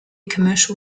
commercial